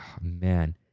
man